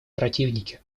противники